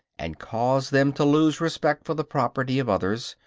and cause them to lose respect for the property of others,